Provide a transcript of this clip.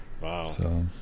Wow